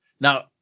now